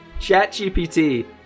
ChatGPT